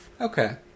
Okay